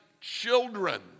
children